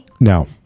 No